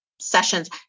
sessions